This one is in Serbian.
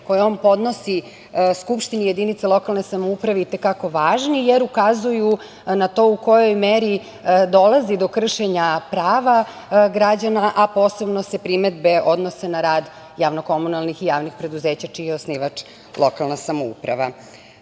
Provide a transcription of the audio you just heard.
koje on podnosi skupštini jedinica lokalne samouprave i te kako važni, jer ukazuju na to u kojoj meri dolazi do kršenja prava građana, a posebno se primedbe odnose na rad javno komunalnih i javnih preduzeća čiji je osnivač lokalna samouprava. Kao